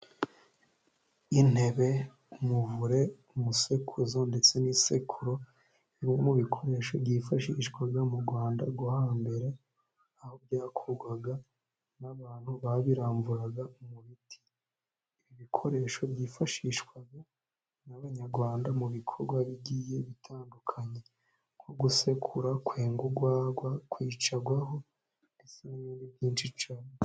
Intebe, umuvure, umusekuzo ndetse n'isekuru. Ni bimwe mu bikoresho byifashishwaga mu Rwanda rwo hambere, aho byakorwaga n'abantu babiramburaga mu biti. Ibikoresho byifashishwaga n'Abanyarwanda mu bikorwa bigiye bitandukanye, nko gusekura, kwenga urwagwa, kwicarwaho ndetse n'ibindi byinshi cyane.